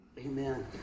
Amen